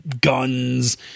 guns